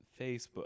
Facebook